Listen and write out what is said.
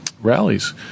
rallies